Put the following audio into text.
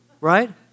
right